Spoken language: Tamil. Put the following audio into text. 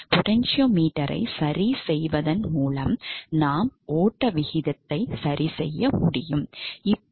பொட்டெனசியோமீட்டரை சரிசெய்வதன் மூலம் நாம் ஓட்ட விகிதத்தை சரிசெய்ய முடியும்